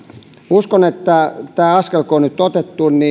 uskon että tämä askel kun on nyt otettu